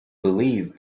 believed